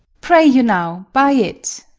pray you now, buy it.